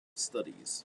studies